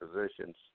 positions